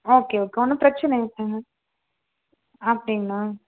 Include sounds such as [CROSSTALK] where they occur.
okay okay ஒன்றும் பிரச்சனை [UNINTELLIGIBLE] அப்படிங்களா